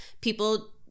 people